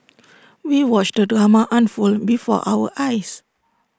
we watched the drama unfold before our eyes